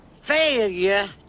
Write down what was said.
failure